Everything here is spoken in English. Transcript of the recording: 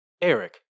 Eric